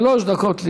שלוש דקות,